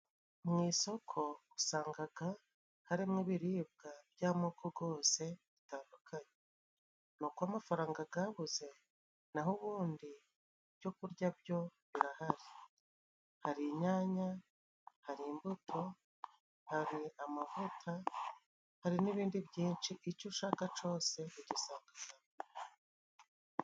Mu isoko usangaga harimo ibiribwa by'amoko gose bitandukanye. N'uko amafaranga gabuze, naho ubundi ibyo kurya byo birahari, hari inyanya, hari imbuto, hari amavuta, hari n'ibindi byinshi, ico ushaka cose ugisanga hano.